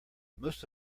most